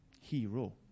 Hero